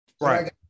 Right